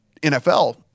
NFL